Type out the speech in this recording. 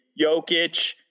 Jokic